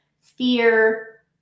fear